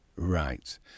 Right